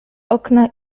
okna